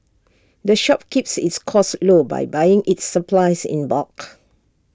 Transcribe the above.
the shop keeps its costs low by buying its supplies in bulk